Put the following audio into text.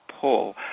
pull